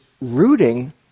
rooting